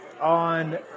on